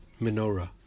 menorah